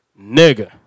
Nigga